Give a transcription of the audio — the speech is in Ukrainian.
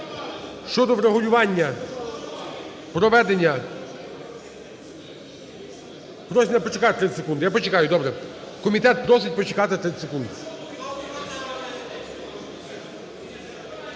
щодо врегулювання проведення… Просять мене почекати 30 секунд. Я почекаю, добре. Комітет просить почекати 30 секунд.